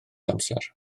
amser